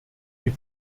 die